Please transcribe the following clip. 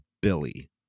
Billy